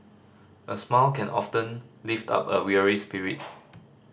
a smile can often lift up a weary spirit